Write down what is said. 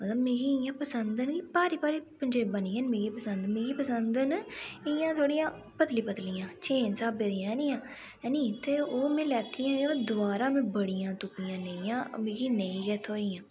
मतलब मिगी इयां पसंद न भारी भारी पंजेबां नेईं हैन मिगी पसंद मिगी पसंद न इयां थ्होड़ियां पतली पतलियां चेन स्हाबै दियां हैनी ते ओह् में लैतियां दबारा में बड़ियां तुपियां नेहियां मिगी नेईं गै थ्होइयां